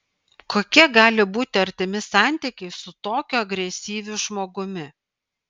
kokie gali būti artimi santykiai su tokiu agresyviu žmogumi